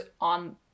on